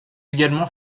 également